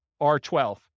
R12